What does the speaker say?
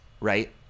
right